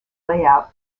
layout